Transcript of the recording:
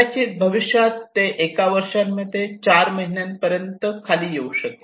कदाचित भविष्यात ते एका वर्षामध्ये 4 महिन्यांपर्यंत येऊ शकेल